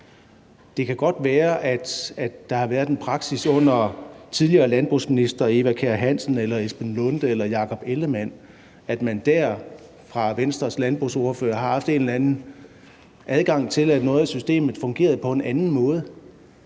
Det kan godt være, at der har været en praksis under tidligere landbrugsministre som Eva Kjer Hansen eller Esben Lunde Larsen eller Jakob Ellemann-Jensen, hvor man som Venstres landbrugsordfører har haft en anden adgang til det, og at noget af systemet fungerede på en anden måde.